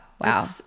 Wow